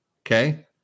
okay